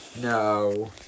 No